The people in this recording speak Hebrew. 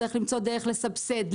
צריך למצוא דרך לסבסד,